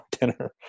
dinner